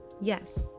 Yes